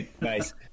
Nice